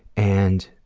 and